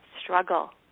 struggle